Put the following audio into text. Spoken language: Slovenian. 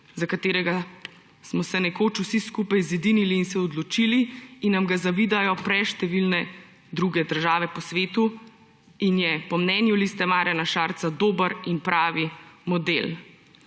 za katerega smo se nekoč vsi skupaj zedinili in se odločili in nam ga zavidajo preštevilne druge države po svetu in je po mnenju Liste Marjana Šarca dober in pravi model.